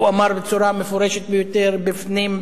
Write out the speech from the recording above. הוא אמר בצורה מפורשת ביותר בפנים,